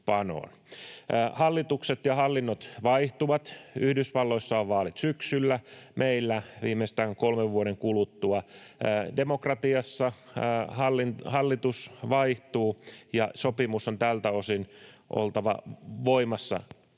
Hallitukset ja hallinnot vaihtuvat. Yhdysvalloissa on vaalit syksyllä, meillä viimeistään kolmen vuoden kuluttua. Demokratiassa hallitus vaihtuu, ja sopimuksen on tältä osin oltava voimassa.